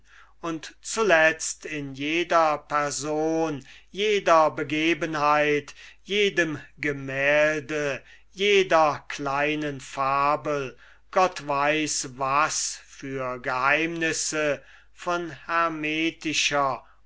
und zuletzt in jeder person jeder begebenheit jedem gemälde jeder kleinen fabel gott weiß was für geheimnisse von hermetischer